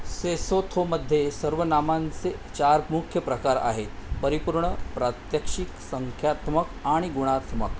सेसोथोमध्ये सर्वनामांचे चार मुख्य प्रकार आहेत परिपूर्ण प्रात्यक्षिक संख्यात्मक आणि गुणात्मक